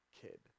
kid